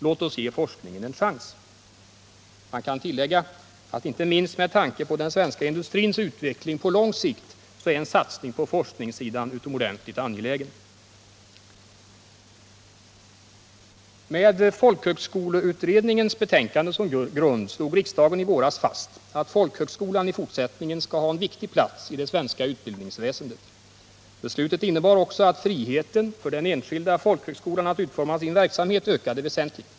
Låt oss ge forskningen en chans.” Man kan tillägga att inte minst med tanke på den svenska industrins utveckling på lång sikt är en satsning på forskningssidan utomordentligt angelägen. Med folkhögskoleutredningens betänkande som grund slog riksdagen i våras fast att folkhögskolan i fortsättningen skall ha en viktig plats i det svenska utbildningsväsendet. Beslutet innebar också att friheten för den enskilda folkhögskolan att utforma sin verksamhet ökade väsentligt.